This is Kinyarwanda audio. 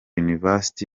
university